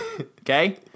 Okay